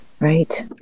Right